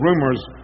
rumors